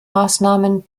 maßnahmen